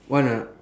want or not